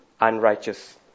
unrighteous